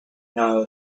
know